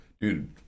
dude